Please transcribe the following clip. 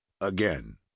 again